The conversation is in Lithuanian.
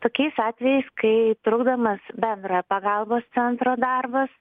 tokiais atvejais kai trukdomas bendrojo pagalbos centro darbas